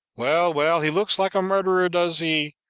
well, well, he looks like a murderer, doesn't he?